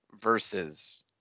Versus